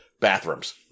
bathrooms